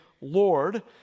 Lord